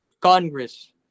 Congress